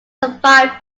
survived